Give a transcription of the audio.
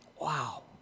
Wow